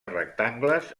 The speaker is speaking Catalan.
rectangles